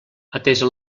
atesa